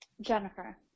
Jennifer